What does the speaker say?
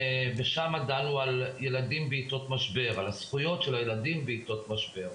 שם דנו על זכויות של ילדים בעתות משבר.